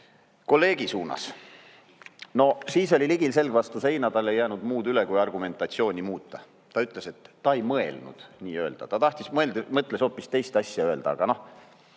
kolleegi suunas. Siis oli Ligil selg vastu seina, tal ei jäänud muud üle, kui argumentatsiooni muuta. Ta ütles, et ta ei mõelnud nii öelda, ta mõtles hoopis teist asja öelda, aga